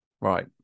Right